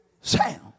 sound